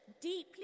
deeply